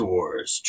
Wars